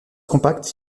compact